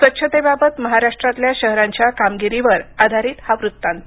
स्वच्छते बाबत महाराष्ट्रातल्या शहरांच्या कामगिरीवर आधारित हा वृत्तांत